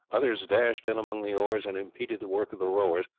others dashed in among the oars and impeded the work of the rowers,